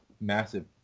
massive